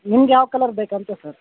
ನಿಮ್ಗ ಯಾವ ಕಲರ್ ಬೇಕಂತೆ ಸರ್